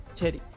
cherry